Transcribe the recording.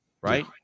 right